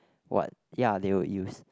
what ya they would use